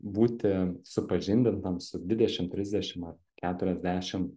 būti supažindintam su dvidešim trisdešim ar keturiasdešim